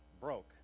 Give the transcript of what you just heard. broke